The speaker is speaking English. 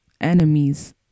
enemies